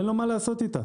אין לו מה לעשות איתה.